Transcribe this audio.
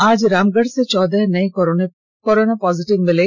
आज रामगढ़ से चौदह नये कोरोना पॉजिट मरीज मिले